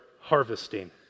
harvesting